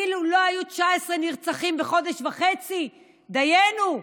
אילו לא היו 19 נרצחים בחודש וחצי, דיינו,